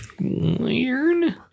weird